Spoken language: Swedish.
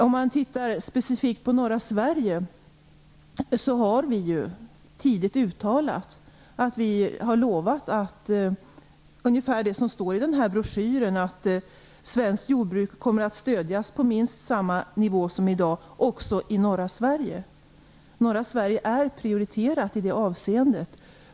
Vi har tidigt uttalat ett löfte om att svenskt jordbruk kommer att stödas på minst samma nivå som i dag också i norra Sverige, dvs. ungefär samma sak som nu uttrycks i den här broschyren. Norra Sverige är prioriterat i det avseendet.